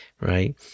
right